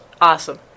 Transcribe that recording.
Awesome